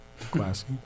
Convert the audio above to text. classy